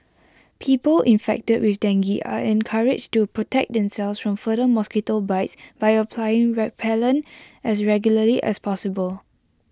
people infected with dengue are encouraged to protect themselves from further mosquito bites by applying repellent as regularly as possible